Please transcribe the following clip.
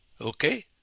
okay